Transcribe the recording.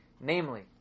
Namely